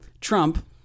Trump